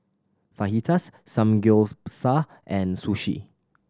Fajitas Samgyeopsal and Sushi